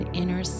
inner